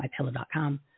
MyPillow.com